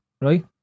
Right